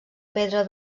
pedra